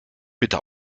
bitte